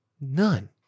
None